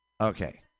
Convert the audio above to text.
Okay